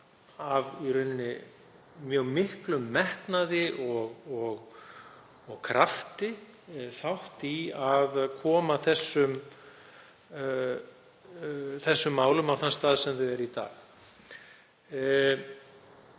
af mjög miklum metnaði og krafti þátt í að koma þessum málum á þann stað þar sem þau eru í dag.